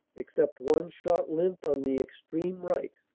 except one short length on the extreme right.